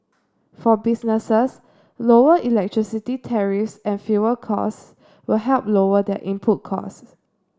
for businesses lower electricity tariffs and fuel costs will help lower their input costs